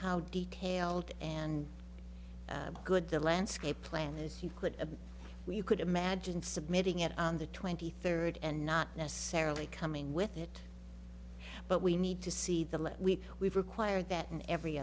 how detailed and good the landscape plan is you could a way you could imagine submitting it on the twenty third and not necessarily coming with it but we need to see the last week we've required that in every